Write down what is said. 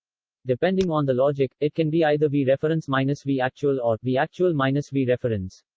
depending on the logic, it can be either v reference minus v actual or, v actual minus v reference.